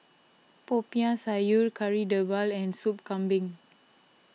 Popiah Sayur Kari Dewilia and Soup Kambing